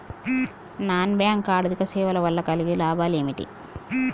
Non bank ఆర్థిక సేవల వల్ల కలిగే లాభాలు ఏమిటి?